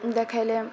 देखैले